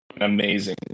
amazing